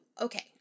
okay